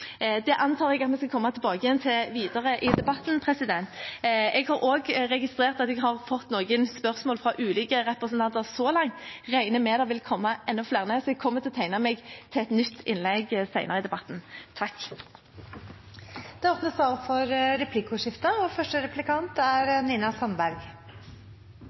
Det antar jeg at vi skal komme tilbake til videre i debatten. Jeg har også registrert at jeg har fått noen spørsmål fra ulike representanter så langt. Jeg regner med at det vil komme enda flere, så jeg kommer til å tegne meg til et nytt innlegg senere i debatten. Det